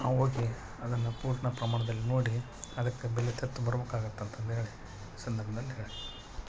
ನಾವು ಹೋಗಿ ಅದನ್ನು ಪೂರ್ಣ ಪ್ರಮಾಣ್ದಲ್ಲಿ ನೋಡಿ ಅದಕ್ಕೆ ಬೆಲೆ ತೆತ್ತು ಬರ್ಬೇಕಾಗತ್ತೆ ಅಂತಂದು ಹೇಳಿ ಸಂದರ್ಭ್ದಲ್ಲಿ ಹೇಳ್ತೇನೆ